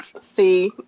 See